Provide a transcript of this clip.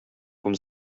cum